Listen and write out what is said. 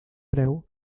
preu